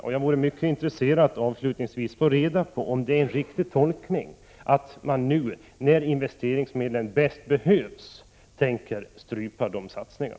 Avslutningsvis är jag mycket intresserad av att få reda på om jag tolkat statsrådet rätt då jag säger att hon nu, då investeringsmedlen bäst behövs, tänker strypa dessa satsningar.